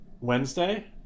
Wednesday